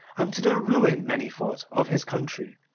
and to the ruin, many thought, of his country,